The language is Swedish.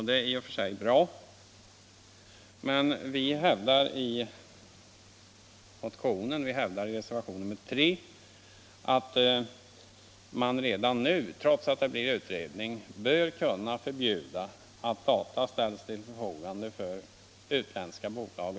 Det är i och för sig bra, men vi hävdar i vår motion och i reservationen 3 att man redan nu — trots att det blir utredning — bör kunna förbjuda att data över huvud taget ställs till förfogande för utländska bolag.